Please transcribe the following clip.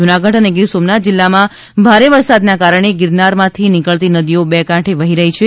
જુનાગઢ અને ગીરસોમનાથ જિલ્લામાં ભારે વરસાદના કારણે ગિરનારમાંથી નીકળતી નદીઓ બે કાંઠે વહી રહી છે